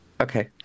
okay